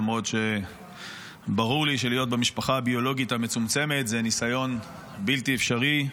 למרות שברור לי שלהיות במשפחה הביולוגית המצומצמת זה ניסיון בלתי אפשרי,